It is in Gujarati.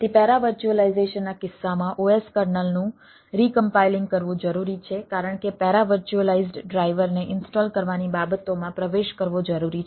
તેથી પેરા વર્ચ્યુઅલાઈઝેશનના કિસ્સામાં OS કર્નલનું રિકમ્પાઇલિંગ ને ઈન્સ્ટોલ કરવાની બાબતોમાં પ્રવેશ કરવો જરૂરી છે